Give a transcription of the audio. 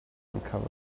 uncovered